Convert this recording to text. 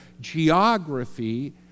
geography